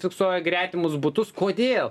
fiksuoja gretimus butus kodėl